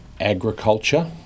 agriculture